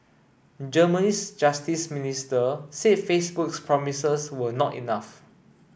Germany's justice minister said Facebook's promises were not enough